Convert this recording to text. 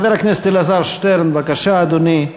חבר הכנסת אלעזר שטרן, בבקשה, אדוני.